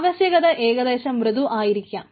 ആവശ്യകത ഏകദേശം മൃദു ആയിരിക്കാം